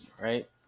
right